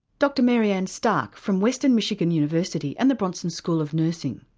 dr mary ann stark from western michigan university and the bronson school of nursing.